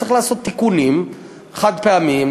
וצריך לעשות תיקונים חד-פעמיים,